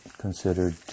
considered